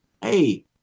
Hey